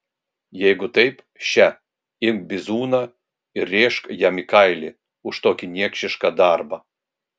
jeigu taip še imk bizūną ir rėžk jam į kailį už tokį niekšišką darbą